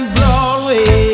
Broadway